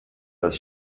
das